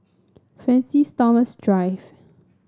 Francis Thomas Drive